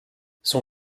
son